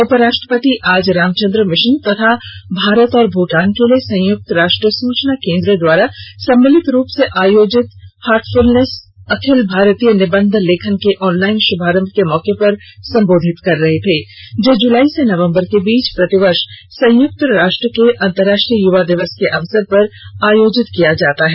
उपराष्ट्रपति आज रामचन्द्र मिशन तथा भारत और भुटान के लिए संयुक्त राष्ट्र सुचना केन्द्र द्वारा सम्मिलित रूप से आयोजित हार्टफ्लनेस अखिल भारतीय निबंध लेखन के ऑनलाइन श्रमारम्म के मौके पर संबोधित कर रहे थे जो जुलाई से नवंबर के बीच प्रतिवर्ष संयुक्त राष्ट्र के अंतरराष्ट्रीय युवा दिवस के अवसर पर आयोजित किया जाता है